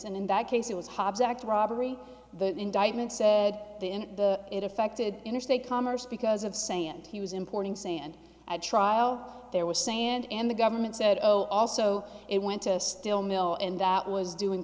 and in that case it was hobbs act robbery the indictment said in the it affected interstate commerce because of saying he was importing sand at trial there was sand and the government said oh also it went to still mill and that was doing